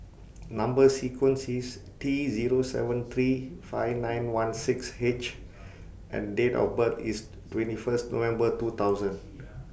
Number sequence IS T Zero seven three five nine one six H and Date of birth IS twenty First November two thousand